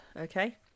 okay